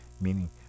meaning